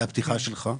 הפתיחה שלך.